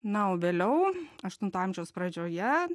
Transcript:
na o vėliau aštunto amžiaus pradžioje